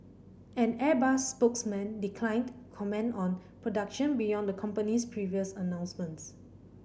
an Airbus spokesman declined comment on production beyond the company's previous announcements